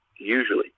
usually